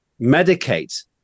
medicate